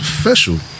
special